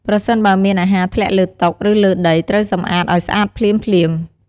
ប្រសិនបើមានអាហារធ្លាក់លើតុ ឬលើដី ត្រូវសំអាតអោយស្អាតភ្លាមៗ។